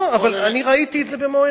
אני ראיתי את זה במו-עיני.